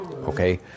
okay